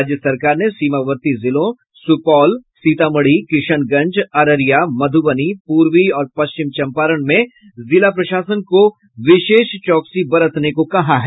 राज्य सरकार ने सीमावर्ती जिलों सुपौल सीतामढ़ी किशनगंज अररिया मधुबनी पूर्वी और पश्चिम चम्पारण में जिला प्रशासन को विशेष चौकसी बरतने को कहा है